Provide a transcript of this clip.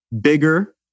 bigger